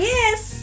Yes